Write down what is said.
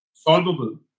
Solvable